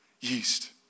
yeast